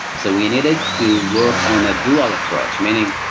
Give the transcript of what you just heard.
so we needed to work on a dual approach. meaning,